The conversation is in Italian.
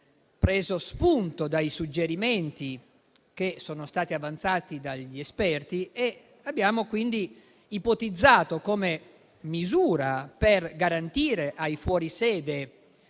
preso spunto dai suggerimenti avanzati dagli esperti e abbiamo quindi ipotizzato una misura per garantire ai fuori sede,